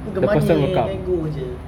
put the money then go jer